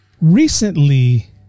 recently